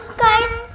guys,